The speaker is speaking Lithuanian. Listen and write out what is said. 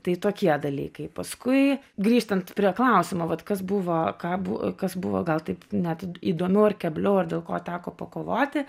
tai tokie dalykai paskui grįžtant prie klausimo vat kas buvo ką bu kas buvo gal taip net įdomiau ar kebliau ar dėl ko teko pakovoti